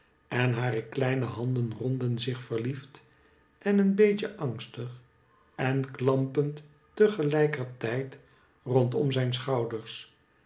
en hare kleine handen rondden zich verliefd en een beetje angstig en klampend te gelijker tijd rondom zijn schouders